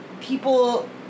people